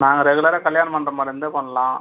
நாங்கள் ரெகுலராக கல்யாணம் பண்ணுற மாதிரி இருந்தால் பண்ணலாம்